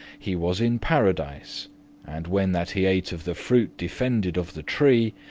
he was in paradise and when that he ate of the fruit defended of the tree,